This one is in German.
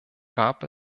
gab